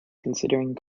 considering